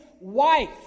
wife